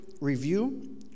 review